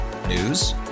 News